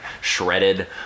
shredded